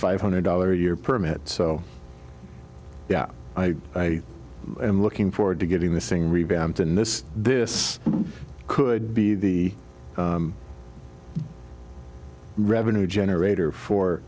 five hundred dollars a year permit so yeah i am looking forward to getting this thing revamped and this this could be the revenue generator for